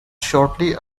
shortly